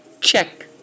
Check